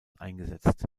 eingesetzt